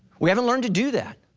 we haven't learned to do that.